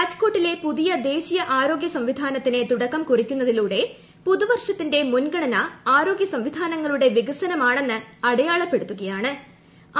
രാജ്കോട്ടിലെ പുതിയ ദ്ദേശ്ീയ ആരോഗ്യ സംവിധാനത്തിന് തുടക്കം കുറിക്കുന്നതിലൂട്ട് പുതുവർഷത്തിന്റെ മുൻഗണന ആരോഗ്യ സംവിധാനുങ്ങളുടെ വികസനമാണെന്ന് അടയാളപ്പെടുത്തുക ്ക്ടൂടിയാണ്